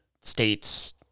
states